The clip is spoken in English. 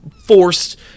forced